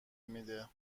میده